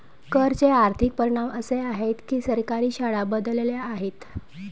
कर चे आर्थिक परिणाम असे आहेत की सरकारी शाळा बदलल्या आहेत